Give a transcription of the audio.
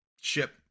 ship